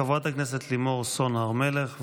חברת הכנסת לימור סון הר מלך,